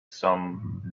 some